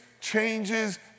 changes